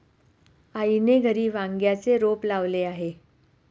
आईने घरी वांग्याचे रोप लावले आहे